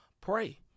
Pray